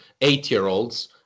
eight-year-olds